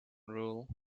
rule